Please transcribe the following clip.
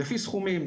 לפי סכומים.